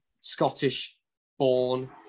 Scottish-born